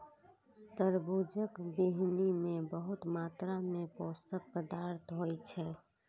तरबूजक बीहनि मे बहुत मात्रा मे पोषक पदार्थ होइ छै